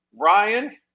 Ryan